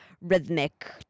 rhythmic